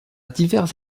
divers